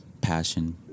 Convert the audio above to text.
passion